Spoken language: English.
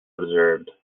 observed